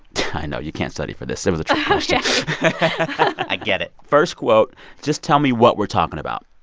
i know. you can't study for this. it was a trick question ok i get it first quote just tell me what we're talking about.